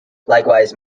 likewise